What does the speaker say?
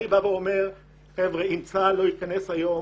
אני אומר שאם צה"ל לא ייכנס היום